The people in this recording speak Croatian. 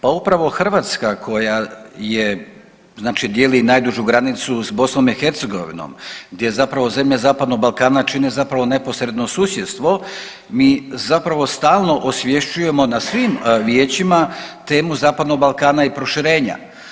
Pa upravo Hrvatska koja je, znači dijeli najdužu granicu s BiH gdje zapravo zemlje zapadnog Balkana čine zapravo neposredno susjedstvo mi zapravo stalno osvješćujemo na svim vijećima temu zapadnog Balkana i proširenja.